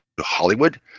Hollywood